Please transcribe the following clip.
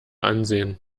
ansehen